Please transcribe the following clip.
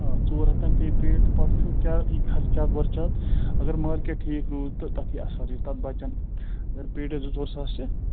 آ ژور ہَتھ تام پے پیٖٹۍ تہٕ پَتہٕ وٕچھو کیٛاہ یی خرچات وَرچات اگر مارکیٹ ٹھیٖک روٗد تہٕ تَتھ یی اَصٕل ریٹ تَتھ بَچَن اگر پیٹٮ۪س زٕ ژور ساس چھِ